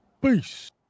peace